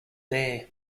there